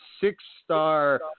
six-star